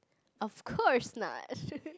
of course not